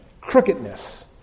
crookedness